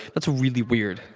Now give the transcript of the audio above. that's really weird,